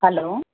hello